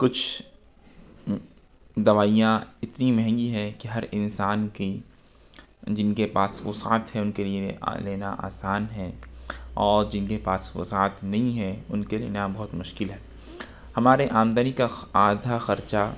کچھ دوائیاں اتنی مہنگی ہیں کہ ہر انسان کی جن کے پاس وسعت ہے ان کے لیے لینا آسان ہے اور جن کے پاس وسعت نہیں ہے ان کے لیے لینا بہت مشکل ہے ہمارے آمدنی کا آدھا خرچہ